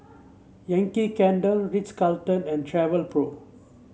Yankee Candle Ritz Carlton and Travelpro